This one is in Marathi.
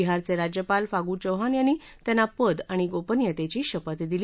बिहारचे राज्यपाल फागु चौहान यांनी त्यांना पद आणि गोपनियतेची शपथ दिली